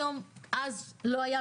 בעבר לא היה,